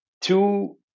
two